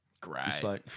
great